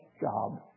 job